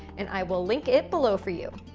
and i will link it below for you.